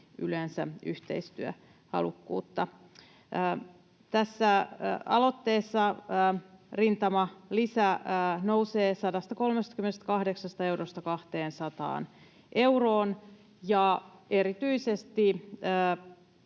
yleensä yhteistyöhalukkuutta. Tässä aloitteessa rintamalisä nousee 138 eurosta 200 euroon. Erityisesti